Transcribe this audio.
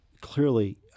Clearly